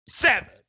Seven